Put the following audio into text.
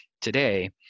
today